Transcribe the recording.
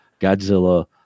Godzilla